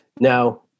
Now